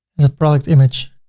the product image.